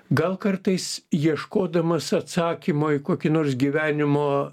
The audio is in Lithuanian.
gal kartais ieškodamas atsakymo į kokį nors gyvenimo